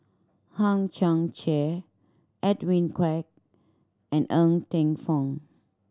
Hang Chang Chieh Edwin Koek and Ng Teng Fong